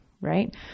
right